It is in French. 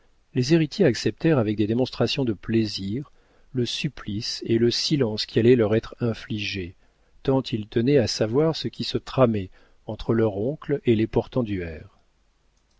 les héritiers acceptèrent avec des démonstrations de plaisir le supplice et le silence qui allaient leur être infligés tant ils tenaient à savoir ce qui se tramait entre leur oncle et les portenduère